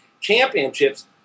championships